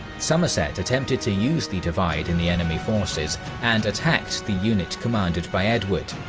somerset attempted to use the divide in the enemy forces and attacked the unit commanded by edward.